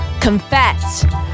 confess